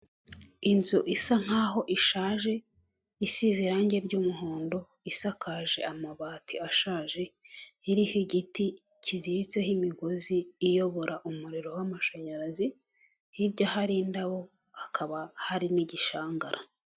Inzu isa nkaho ishaje isize irange ry'umuhondo isakaje amabati ashaje iriho igiti kiziritseho imigozi iyobora umuriro w'amashanyarazi, hirya hari indabo hakaba hari n'igishangara.